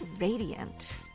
radiant